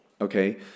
okay